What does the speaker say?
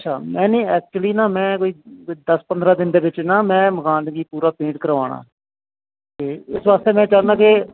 अच्छा एक्चुअली ना में बी ना दस्स पंदरां दिन दे अंदर मकान गी पेंट कराना ते इस आस्तै में चाह्नां कि